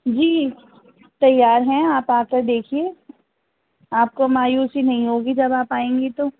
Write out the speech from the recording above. جی تیار ہیں آپ آ کر دیکھیے آپ کو مایوسیی نہیں ہوگی جب آپ آئیں گی تو